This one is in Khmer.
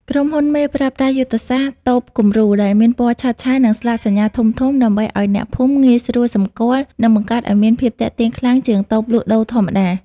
ក្រុមហ៊ុនមេប្រើប្រាស់យុទ្ធសាស្ត្រ "តូបគំរូ" ដែលមានពណ៌ឆើតឆាយ និងស្លាកសញ្ញាធំៗ ដើម្បីឱ្យអ្នកភូមិងាយស្រួលសម្គាល់ និងបង្កើតឱ្យមានភាពទាក់ទាញខ្លាំងជាងតូបលក់ដូរធម្មតា។